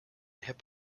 hip